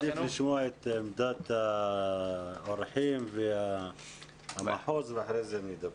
אני מעדיף לשמוע את עמדת האורחים ונציג המחוז ואחרי כן אני אדבר.